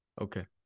okay